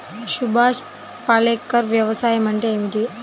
సుభాష్ పాలేకర్ వ్యవసాయం అంటే ఏమిటీ?